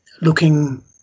looking